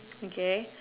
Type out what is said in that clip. okay